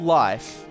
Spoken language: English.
life